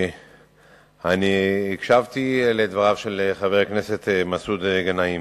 אני הקשבתי לדברי חבר הכנסת מסעוד גנאים.